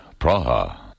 Praha